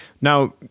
Now